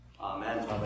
Amen